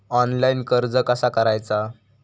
Online कर्ज कसा करायचा?